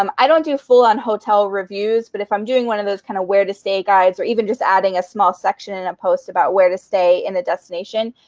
um i don't do a full on hotel reviews, but if i'm doing one of those kind of where to stay guides or even just adding a small section in a post about where to stay in the destination,